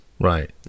Right